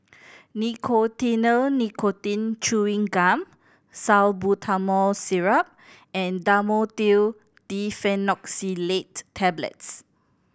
Nicotinell Nicotine Chewing Gum Salbutamol Syrup and Dhamotil Diphenoxylate Tablets